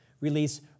Release